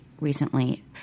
recently